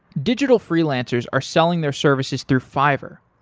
digital freelancers are selling their services through fiverr.